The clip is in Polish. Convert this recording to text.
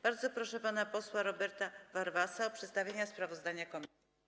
Bardzo proszę pana posła Roberta Warwasa o przedstawienie sprawozdania komisji.